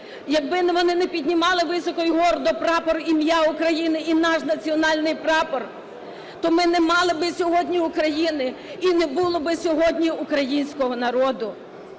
якби вони не піднімали високо й гордо прапор в ім'я України і наш національний прапор, то ми не мали би сьогодні України, і не було би сьогодні українського народу!